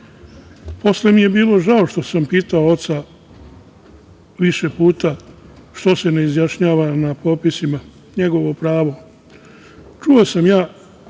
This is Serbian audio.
Posle mi je bilo žao što sam pitao oca više puta što se ne izjašnjava na popisima, njegovo pravo. Čuo sam ja,